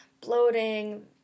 bloating